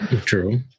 True